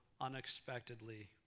unexpectedly